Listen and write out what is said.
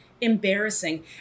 embarrassing